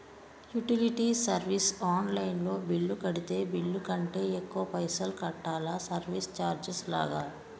Utility service online లో bill కడితే bill కంటే ఎక్కువ పైసల్ కట్టాలా సర్వీస్ చార్జెస్ లాగా?